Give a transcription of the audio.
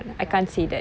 uh